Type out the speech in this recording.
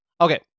Okay